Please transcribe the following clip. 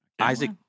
Isaac